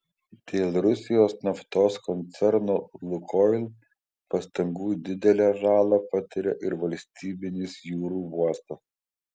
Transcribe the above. dėl rusijos naftos koncerno lukoil pastangų didelę žalą patiria ir valstybinis jūrų uostas